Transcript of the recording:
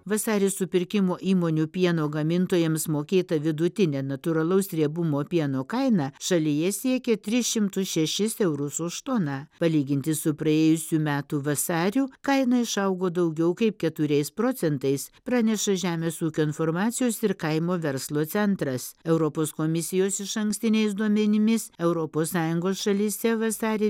vasarį supirkimo įmonių pieno gamintojams mokėta vidutinė natūralaus riebumo pieno kaina šalyje siekė tris šimtus šešis eurus už toną palyginti su praėjusių metų vasariu kaina išaugo daugiau kaip keturiais procentais praneša žemės ūkio informacijos ir kaimo verslo centras europos komisijos išankstiniais duomenimis europos sąjungos šalyse vasarį